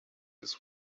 his